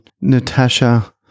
Natasha